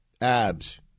Abs